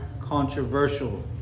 controversial